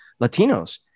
Latinos